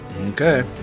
Okay